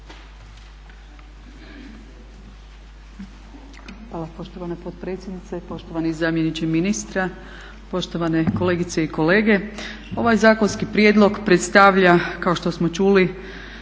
Hvala poštovana potpredsjednice i poštovani zamjeniče ministra, poštovane kolegice i kolege. Ovaj zakonski prijedlog predstavlja kao što smo čuli